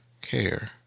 care